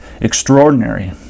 extraordinary